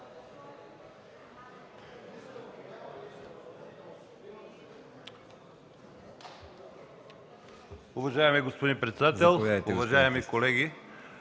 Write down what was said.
Уважаеми господин председател, уважаеми колеги!